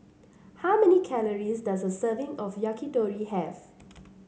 how many calories does a serving of Yakitori have